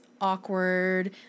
awkward